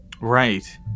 Right